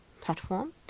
platform